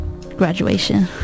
graduation